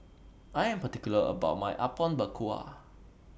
I Am particular about My Apom Berkuah